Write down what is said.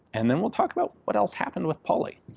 and then we'll talk about what else happened with pauly.